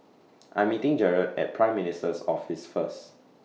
I'm meeting Jarred At Prime Minister's Office First